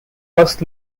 bus